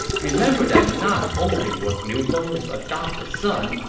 remember that not only was liu feng his adopted son,